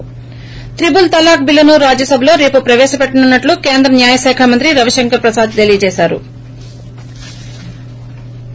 ి ప్రిపుల్ తలాక్ బిల్లును రాజ్యసభలో రేపు ప్రవేశపెట్టనున్నట్లు కేంద్ర న్యాయశాఖ మంత్రి రవిశంకర్ ప్రసాద్ తెలియజేశారు